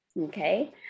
Okay